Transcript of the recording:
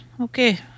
okay